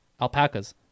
alpacas